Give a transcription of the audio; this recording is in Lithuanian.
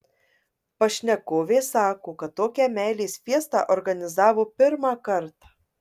pašnekovė sako kad tokią meilės fiestą organizavo pirmą kartą